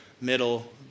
middle